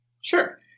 Sure